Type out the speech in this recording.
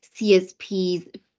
CSPs